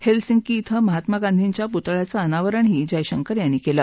Helsinki धिं महात्मा गांधीच्या पुतळ्याचं अनावरणही जयशंकर यांनी केलं